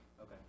Okay